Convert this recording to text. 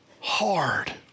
hard